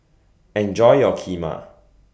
Enjoy your Kheema